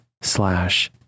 slash